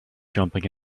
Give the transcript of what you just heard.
jumping